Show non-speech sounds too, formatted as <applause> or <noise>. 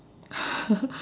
<laughs>